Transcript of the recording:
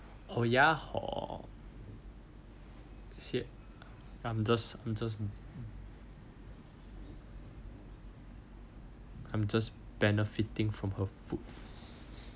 oh ya hor shit I'm just I'm just I'm just benefiting from her food